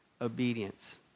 obedience